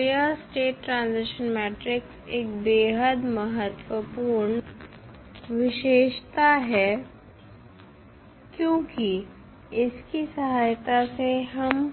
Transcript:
तो यह state transition matrix एक बेहद महत्वपूर्ण विशेषता है क्योंकि इसकी सहायता से हम